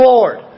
Lord